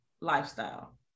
lifestyle